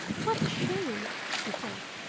what a shame! she thought.